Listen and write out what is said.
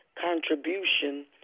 contribution